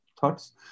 thoughts